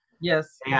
Yes